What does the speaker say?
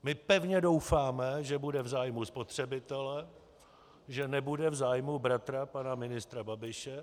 My pevně doufáme, že bude v zájmu spotřebitele, že nebude v zájmu bratra pana ministra Babiše.